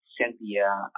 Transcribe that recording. Cynthia